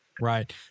Right